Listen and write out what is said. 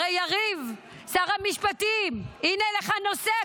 הרי, יריב, שר המשפטים, הינה לך נושא.